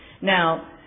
now